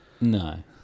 No